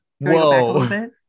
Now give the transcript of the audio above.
whoa